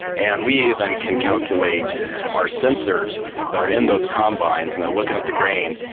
and we then can calculate our sensors that are in those combines and they're looking at the grain.